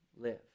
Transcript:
live